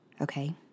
okay